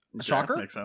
Shocker